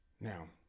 Now